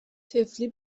طفلی